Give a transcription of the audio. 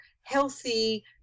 healthy